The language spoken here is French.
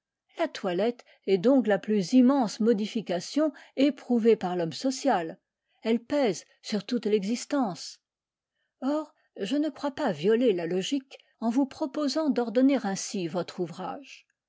la toilette est donc la plus immense modification éprouvée par l'homme social elle pèse sur toute l'existence or je ne crois pas violer la logique en vous proposant d'ordonner ainsi votre ouvrage